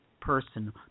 Person